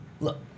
Look